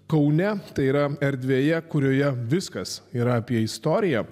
kaune tai yra erdvėje kurioje viskas yra apie istoriją